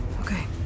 Okay